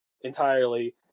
entirely